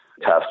test